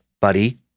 buddy